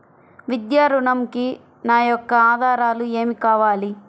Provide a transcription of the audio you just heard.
విద్యా ఋణంకి నా యొక్క ఆధారాలు ఏమి కావాలి?